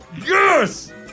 Yes